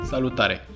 Salutare